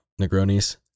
Negronis